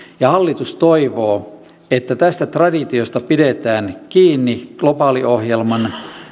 ja hallitus toivoo että tästä traditiosta pidetään kiinni globaaliohjelman